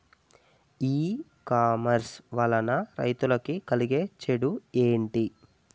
ఈ కామర్స్ వలన రైతులకి కలిగే చెడు ఎంటి?